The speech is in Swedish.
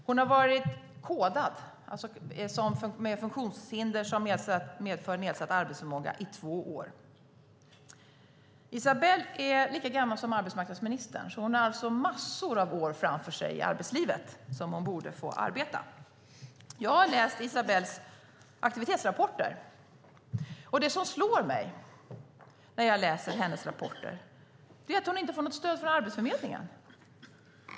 Hon har varit kodad med funktionshinder som medför nedsatt arbetsförmåga i två år. Isabell är lika gammal som arbetsmarknadsministern, så hon har massor av år framför sig i arbetslivet som hon borde få arbeta. Jag har läst Isabells aktivitetsrapporter, och det som slår mig när jag läser dem är att hon inte får något stöd från Arbetsförmedlingen.